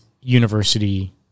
university